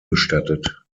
bestattet